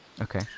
Okay